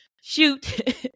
shoot